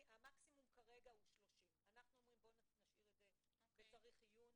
המקסימום כרגע זה 30. בואו נגיד ששומרים את זה ב "צריך עיון",